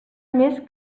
més